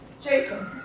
Jason